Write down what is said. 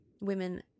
women